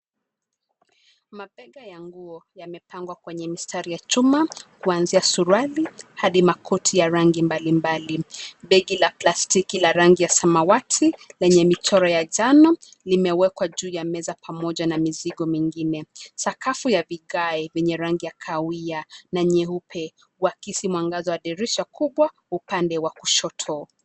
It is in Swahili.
Mabega ya nguo, yamepangwa kwenye mistari ya chuma, kuanzia suruali hadi makoti ya rangi mbali mbali. Begi la plastiki la rangi ya samawati, lenye michoro ya jano, limewekwa juu ya meza pamoja na mizigo mingine. Sakafu ya vigae vyenye rangi ya kahawia, na nyeupe, wakisi mwangaza wa dirisha kubwa, upande wa kushoto.